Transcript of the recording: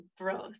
growth